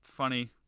Funny